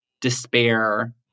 despair